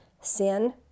Sin